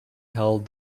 held